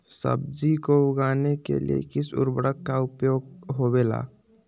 सब्जी को उगाने के लिए किस उर्वरक का उपयोग होबेला?